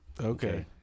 Okay